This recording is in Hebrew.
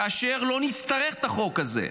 כאשר לא נצטרך את החוק הזה,